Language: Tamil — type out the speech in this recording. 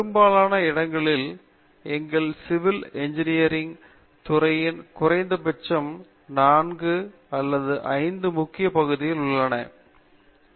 பெரும்பாலான இடங்களில் எங்கள் சிவில் இன்ஜினியரிங் ன் துறையின் குறைந்தபட்சம் 4 அல்லது 5 முக்கிய பகுதிகள் உள்ளது சொல்லலாம்